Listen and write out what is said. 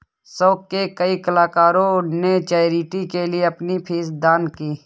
show के कई कलाकारों ने चैरिटी के लिए अपनी फीस दान की